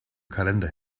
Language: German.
kalender